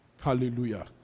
Hallelujah